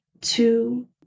two